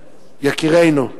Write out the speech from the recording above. יקירנו,